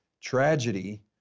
tragedy